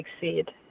succeed